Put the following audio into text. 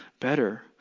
better